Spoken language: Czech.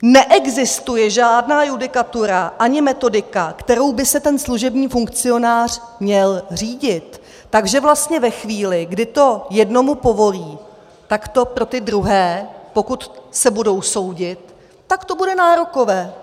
Neexistuje žádná judikatura ani metodika, kterou by se ten služební funkcionář měl řídit, takže vlastně ve chvíli, kdy to jednomu povolí, tak to pro ty druhé, pokud se budou soudit, bude nárokové.